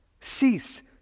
cease